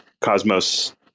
Cosmos